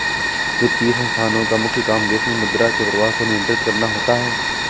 वित्तीय संस्थानोँ का मुख्य काम देश मे मुद्रा के प्रवाह को नियंत्रित करना होता है